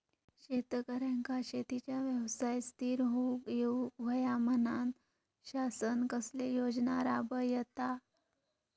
शेतकऱ्यांका शेतीच्या व्यवसायात स्थिर होवुक येऊक होया म्हणान शासन कसले योजना राबयता?